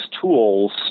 tools